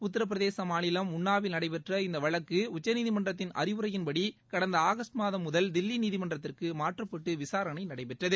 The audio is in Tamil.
உத்திரப்பிரதேச மாநிலம் உள்ளாவில் நடைபெற்ற இந்த வழக்கு உச்சநீதிமன்றத்தின் அறிவுரையின்படி கடந்த ஆகஸ்ட் மாதம் முதல் தில்லி நீதிமன்றத்திற்கு மாற்றப்பட்டு விசாரணை நடைபெற்றது